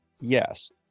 Yes